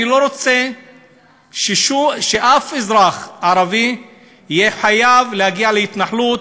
אני לא רוצה שאף אזרח ערבי יהיה חייב להגיע להתנחלות,